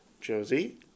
Josie